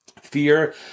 fear